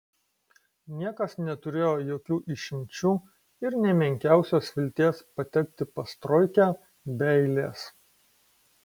niekas neturėjo jokių išimčių ir nė menkiausios vilties patekti pas troikę be eilės